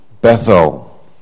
Bethel